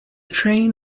train